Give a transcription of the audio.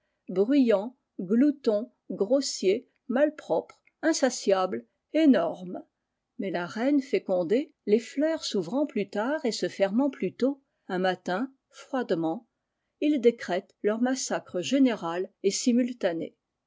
bruyants gloutons grossiers malpropres insatiables énormesmais la reine fécondée le fleur s'ouvrant plu tard et se fermant plus tôt un matin froidement il décrète leur massacre général et simultané